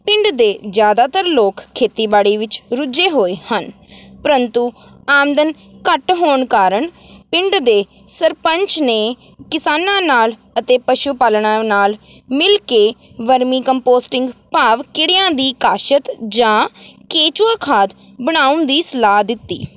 ਪਿੰਡ ਦੇ ਜ਼ਿਆਦਾਤਰ ਲੋਕ ਖੇਤੀਬਾੜੀ ਵਿੱਚ ਰੁੱਝੇ ਹੋਏ ਹਨ ਪ੍ਰੰਤੂ ਆਮਦਨ ਘੱਟ ਹੋਣ ਕਾਰਨ ਪਿੰਡ ਦੇ ਸਰਪੰਚ ਨੇ ਕਿਸਾਨਾਂ ਨਾਲ ਅਤੇ ਪਸ਼ੂ ਪਾਲਣਾ ਨਾਲ ਮਿਲ ਕੇ ਵਰਮੀ ਕੰਪੋਸਟਿੰਗ ਭਾਵ ਕੀੜਿਆਂ ਦੀ ਕਾਸ਼ਤ ਜਾਂ ਕੇਚੂਆ ਖਾਦ ਬਣਾਉਣ ਦੀ ਸਲਾਹ ਦਿੱਤੀ